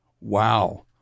wow